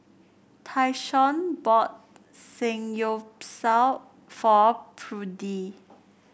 Tyshawn bought Samgyeopsal for Prudie